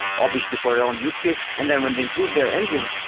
obviously for their own use case, and then when they improved their engine,